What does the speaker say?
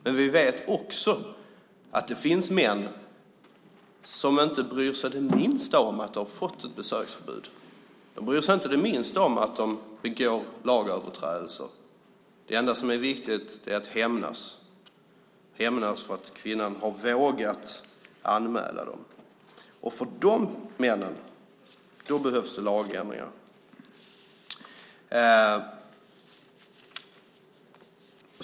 Men vi vet också att det finns män som inte bryr sig det minsta om att de har fått ett besöksförbud. De bryr sig inte det minsta om att de begår lagöverträdelser. Det enda som är viktigt är att hämnas för att kvinnan har vågat anmäla dem. För dessa män behövs en lagändring.